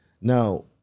now